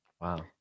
Wow